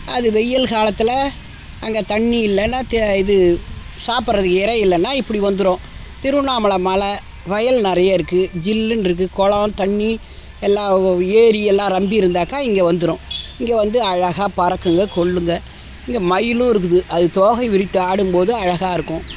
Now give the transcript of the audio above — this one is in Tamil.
அது வெயில் காலத்தில் அங்கே தண்ணி இல்லைன்னா தே இது சாப்பிடறது இரை இல்லைன்னா இப்படி வந்துடும் திருவண்ணாமலை மலை வயல் நிறைய இருக்குது ஜில்லுன்ருக்குது குளம் தண்ணி எல்லாம் ஏரி எல்லாம் ரொம்பி இருந்தாக்கா இங்கே வந்துடும் இங்கே வந்து அழகாக பறக்குங்க கொள்ளுங்க இங்கே மயிலும் இருக்குது அது தோகை விரித்து ஆடும்போது அழகாக இருக்கும்